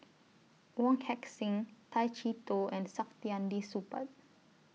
Wong Heck Sing Tay Chee Toh and Saktiandi Supaat